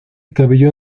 cabello